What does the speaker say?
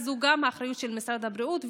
זו גם האחריות של משרד הבריאות,